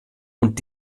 und